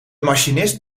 machinist